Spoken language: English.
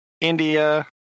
India